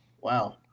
wow